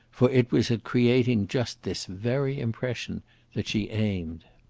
for it was at creating just this very impression that she aimed.